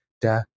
da